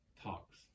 talks